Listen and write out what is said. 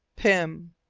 pym.